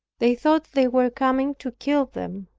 they thought they were coming to kill them.